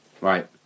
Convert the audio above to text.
Right